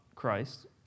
Christ